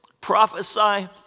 prophesy